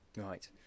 Right